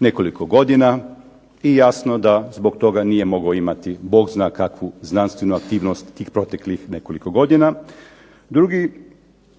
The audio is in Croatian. nekoliko godina i jasno da zbog toga nije mogao imati bogzna kakvu znanstvenu aktivnost tih proteklih nekoliko godina.